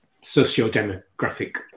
socio-demographic